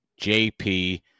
JP